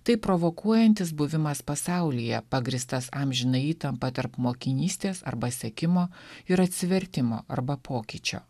tai provokuojantis buvimas pasaulyje pagrįstas amžina įtampa tarp mokinystės arba sekimo ir atsivertimo arba pokyčio